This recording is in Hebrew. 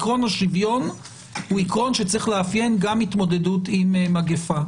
עקרון השוויון הוא עיקרון שצריך לאפיין גם התמודדות עם מגפה.